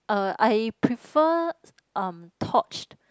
uh I prefer um torched